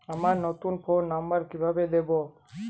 আমার নতুন phone number কিভাবে দিবো?